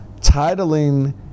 titling